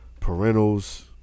parentals